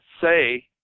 say